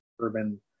urban